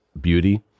beauty